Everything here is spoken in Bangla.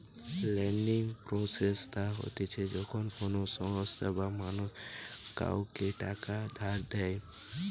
লেন্ডিং প্রসেস তা হতিছে যখন কোনো সংস্থা বা মানুষ কাওকে টাকা ধার দেয়